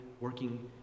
working